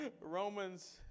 Romans